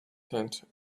tent